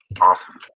Awesome